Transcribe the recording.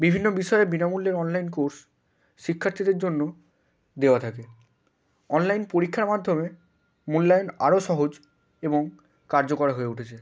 বিভিন্ন বিষয়ে বিনামূল্যের অনলাইন কোর্স শিক্ষার্থীদের জন্য দেওয়া থাকে অনলাইন পরীক্ষার মাধ্যমে মূল্যায়ন আরও সহজ এবং কার্যকর হয়ে উঠেছে